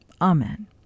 Amen